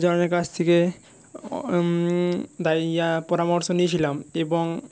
জনের কাছ থেকে দাইয়া পরামর্শ নিয়েছিলাম এবং